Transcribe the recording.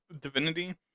divinity